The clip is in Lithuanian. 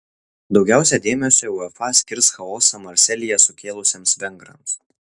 daugiausiai dėmesio uefa skirs chaosą marselyje sukėlusiems vengrams